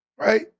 Right